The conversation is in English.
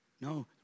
no